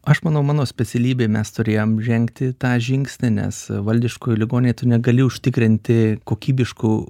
aš manau mano specialybėj mes turėjome žengti tą žingsnį nes valdiškoj ligoninėj negali užtikrinti kokybiškų